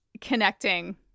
connecting